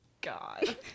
God